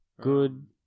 Good